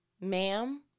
Ma'am